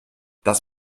das